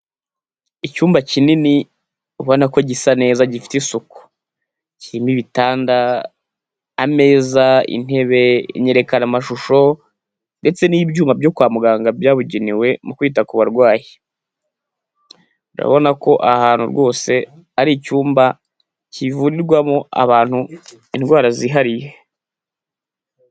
Icyumba kinini ubona ko gisa neza gifite isuku. Kirimo ibitanda, ameza, intebe, inyerekanamashusho, ndetse n'ibyuma byo kwa muganga byabugenewe mu kwita kurwayi. Urabona ko aha hantu rwose ari icyumba kivurirwamo abantu indwara zihariye.